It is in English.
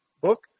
book